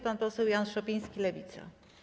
Pan poseł Jan Szopiński, Lewica.